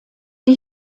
die